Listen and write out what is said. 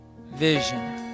vision